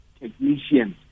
technicians